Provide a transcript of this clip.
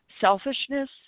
selfishness